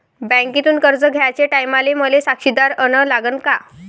बँकेतून कर्ज घ्याचे टायमाले मले साक्षीदार अन लागन का?